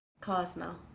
Cosmo